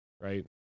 right